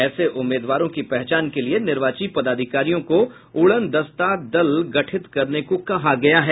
ऐसे उम्मीदवारों की पहचान के लिए निर्वाची पदाधिकारियों को उड़न दस्ता दल गठित करने को कहा गया है